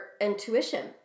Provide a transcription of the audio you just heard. intuition